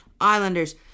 Islanders